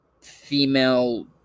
female